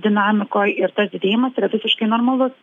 dinamikoj ir tas didėjimas yra visiškai normalus